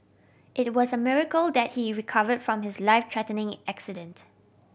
it was a miracle that he recover from his life threatening accident